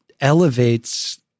elevates